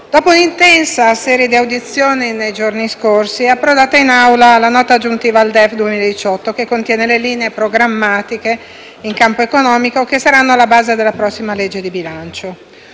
dopo l'intensa serie di audizioni nei giorni scorsi è approdata in Aula la Nota aggiuntiva al DEF 2018, che contiene le linee programmatiche in campo economico che saranno alla base della prossima legge di bilancio.